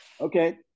Okay